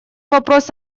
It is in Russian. вопрос